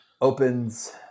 opens